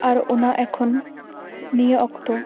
ᱟᱨ ᱚᱱᱟ ᱮᱠᱷᱚᱱ ᱱᱤᱭᱟᱹ ᱚᱠᱛᱚ